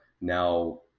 now